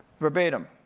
verbatim,